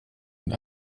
und